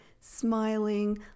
smiling